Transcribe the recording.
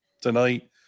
tonight